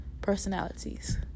personalities